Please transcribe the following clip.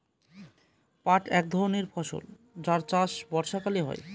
পাট এক ধরনের ফসল যার চাষ বর্ষাকালে হয়